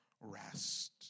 rest